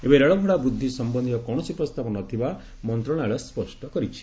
ଏବେ ରେଳ ଭଡ଼ା ବୃଦ୍ଧି ସମ୍ଭନ୍ଧୀୟ କୌଣସି ପ୍ରସ୍ତାବ ନ ଥିବା ମନ୍ତ୍ରଣାଳୟ ସ୍ୱଷ୍ଟ କରିଛି